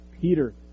Peter